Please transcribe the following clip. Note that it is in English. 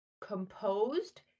composed